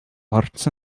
arts